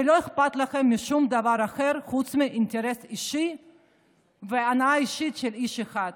ולא איכפת לכם משום דבר אחר חוץ מאינטרס אישי והנאה אישית של איש אחד.